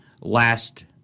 last